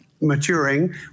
maturing